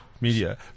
Media